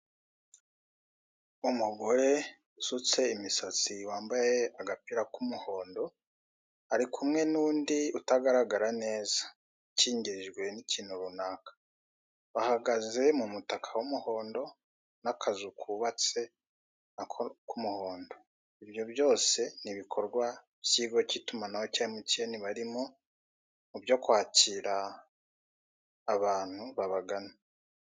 Umugore usutse imisatsi wambaye agapira k'umuhondo ari kumwe n'undi utagaragara neza, ukingirijwe n'ikintu runaka bahagaze mu mutaka w'umuhondo n'akazu kubatse nako k'umuhondo. Ibyo byose ni ibikorwa by'ikigo k'itumanaho cya Mtn barimo, mu byo kwakira abantu babagana.